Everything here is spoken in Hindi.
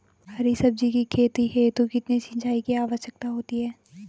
हरी सब्जी की खेती हेतु कितने सिंचाई की आवश्यकता होती है?